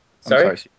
Sorry